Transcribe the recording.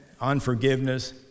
unforgiveness